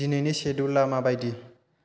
दिनैनि सेडियुला माबायदि